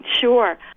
Sure